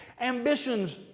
ambitions